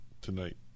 tonight